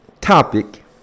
topic